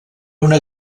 una